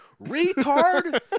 retard